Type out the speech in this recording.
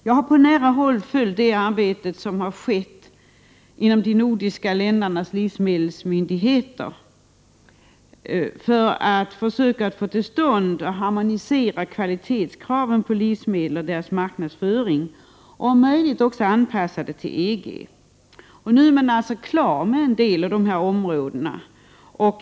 Jag har på nära håll följt det arbete som skett inom de nordiska ländernas livsmedelsmyndigheter för att harmonisera kraven på livsmedlens kvalitet och deras marknadsföring och om möjligt också anpassa dessa krav till EG. Man är nu klar inom en del av dessa områden.